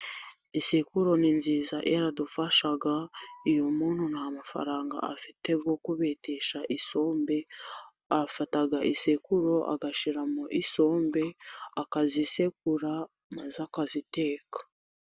Isekuru ni nziza iradufasha, iyo umuntu nta mafaranga afite yo kubitesha isombe afata isekuru agashyiramo isombe akazisekura maze akaziteka.